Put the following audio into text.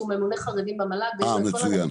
ממונה חרדים במל"ג ויש לו את כל הנתונים והמספרים.